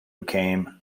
became